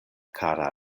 kara